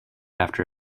after